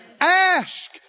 Ask